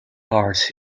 art